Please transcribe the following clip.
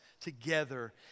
together